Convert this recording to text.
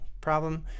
problem